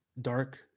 dark